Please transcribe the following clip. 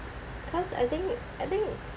cause I think I think